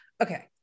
okay